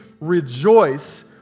rejoice